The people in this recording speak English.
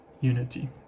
unity